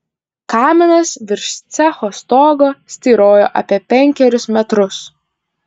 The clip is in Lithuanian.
kaminas virš cecho stogo styrojo apie penkerius metrus